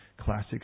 classic